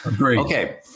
okay